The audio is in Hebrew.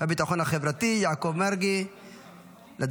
והביטחון החברתי יעקב מרגי לדוכן,